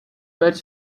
but